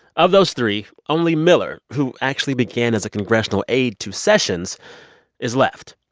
of those three, only miller who actually began as a congressional aide to sessions is left.